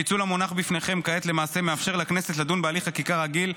הפיצול המונח בפניכם כעת למעשה מאפשר לכנסת לדון בהליך חקיקה רגיל,